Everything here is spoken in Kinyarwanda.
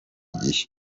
gihe